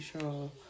sure